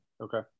Okay